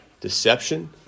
deception